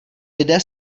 lidé